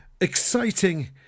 exciting